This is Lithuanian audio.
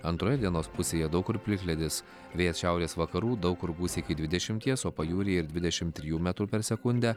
antroje dienos pusėje daug kur plikledis vėjas šiaurės vakarų daug kur gūsiai iki dvidešimties o pajūryje ir dvidešimt trijų metrų per sekundę